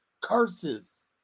curses